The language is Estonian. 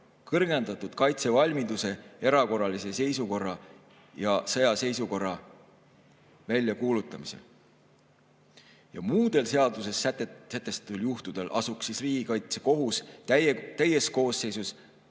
kõrgendatud kaitsevalmiduse, erakorralise seisukorra ja sõjaseisukorra väljakuulutamisel. Muudel seaduses sätestatud juhtudel asuks Riigikaitsekohus täies koosseisus